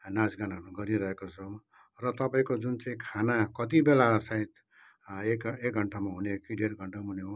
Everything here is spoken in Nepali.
नाच गानहरू गरिरहेको छौँ र तपाईँको जुन चाहिँ खाना कति बेला सायद एक एक घन्टामा हुने हो कि डेढ घन्टामा हुने हो